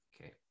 okay